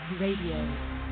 Radio